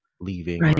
leaving